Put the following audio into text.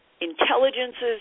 intelligences